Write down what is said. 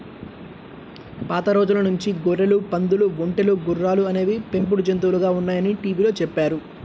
పాత రోజుల నుంచి గొర్రెలు, పందులు, ఒంటెలు, గుర్రాలు అనేవి పెంపుడు జంతువులుగా ఉన్నాయని టీవీలో చెప్పారు